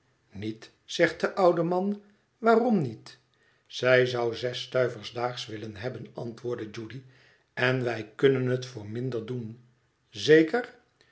niet zegt de oude man waarom niet zij zou zes stuivers daags willen hebben antwoordt judy en wij kunnen het voor minderdoen zeker